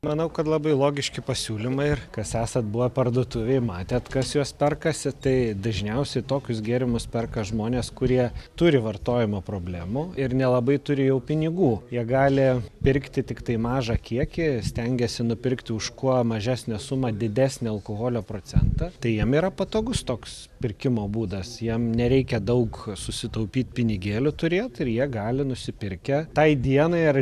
manau kad labai logiški pasiūlymai ir kas esat buvę parduotuvėj matėt kas juos perkasi tai dažniausiai tokius gėrimus perka žmonės kurie turi vartojimo problemų ir nelabai turi jau pinigų jie gali pirkti tiktai mažą kiekį stengiasi nupirkti už kuo mažesnę sumą didesnį alkoholio procentą tai jiem yra patogus toks pirkimo būdas jiem nereikia daug susitaupyt pinigėlių turėt ir jie gali nusipirkę tai dienai ar